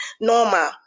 normal